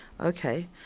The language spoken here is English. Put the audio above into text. okay